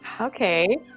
okay